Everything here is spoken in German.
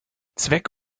zweck